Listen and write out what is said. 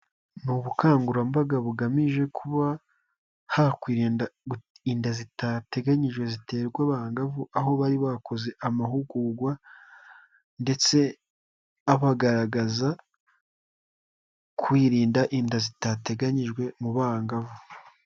Ni ubukangurambaga bugamije kuba hakwirindwa inda zidateganyijwe ziterwa abangavu, aho bari bakoze amahugurwa ndetse abagaragaza kwirinda inda zitateganyijwe mu bangavu.